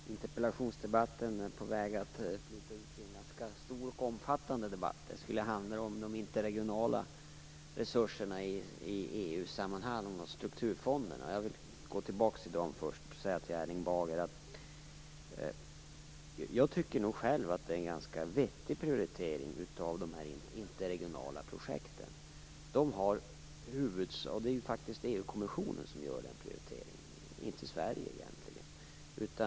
Herr talman! Interpellationsdebatten är på väg att flyta ut i en ganska stor och omfattande debatt. Det skulle handla om de interregionala resurserna i EU sammanhang - om strukturfonderna. Jag vill gå tillbaks till dem först och säga till Erling Bager att jag tycker att det är en ganska vettig prioritering av de interregionala projekten. Det är faktiskt EU kommissionen som gör den prioriteringen - inte Sverige.